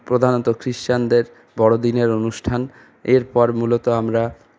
প্রধানত খ্রিষ্টানদের বড়োদিনের অনুষ্ঠান এরপর মূলত আমরা